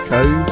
Cove